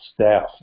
staff